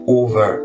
over